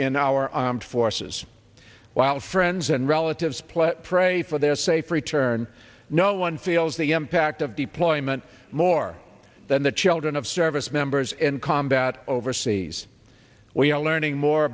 in our armed forces while friends and relatives play pray for their safe return no one feels the impact of deployment more than the children of service members in combat overseas we are learning more